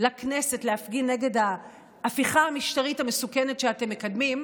לכנסת להפגין נגד ההפיכה המשטרית המסוכנת שאתם מקדמים.